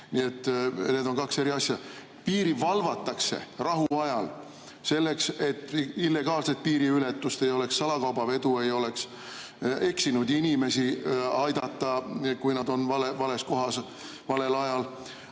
need on kaks eri asja. Piiri valvatakse rahuajal, selleks et illegaalset piiriületust ei oleks, salakaubavedu ei oleks, et eksinud inimesi aidata, kui nad on vales kohas valel ajal.